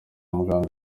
muganga